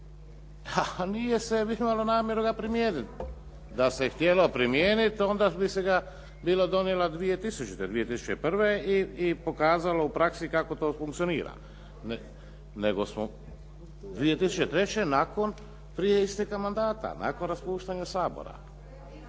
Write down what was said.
nije se imalo namjeru ga primijeniti. Da se htjelo primijeniti onda bi se ga bilo donijelo 2000., 2001. i pokazalo u praksi kako to funkcionira nego smo 2003. prije isteka mandata, nakon raspuštanja Sabora.